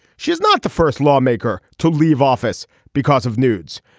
she's not the first lawmaker to leave office because of nudes.